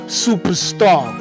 superstar